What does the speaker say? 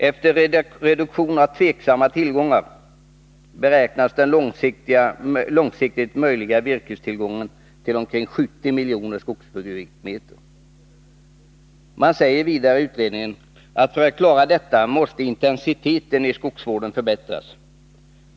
Efter reduktion av tveksamma tillgångar beräknas den långsiktigt möjliga virkestillgången till omkring 70 miljoner skogskubikmeter. Man säger vidare i utredningen att för att klara detta måste intensiteten i skogsvården förbättras.